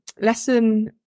Lesson